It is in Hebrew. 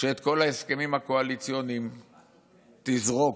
שאת כל ההסכמים הקואליציוניים תזרוק,